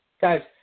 Guys